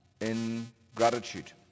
ingratitude